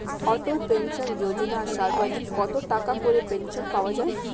অটল pension যোজনা সর্বাধিক কত টাকা করে পেনশন পাওয়া যায়?